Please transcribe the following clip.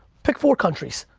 pick four countries.